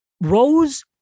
Rose